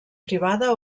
privada